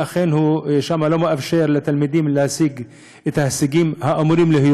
שלא מאפשר לתלמידים שם להשיג את ההישגים שאמורים להיות,